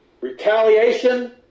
retaliation